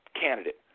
candidate